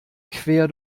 quer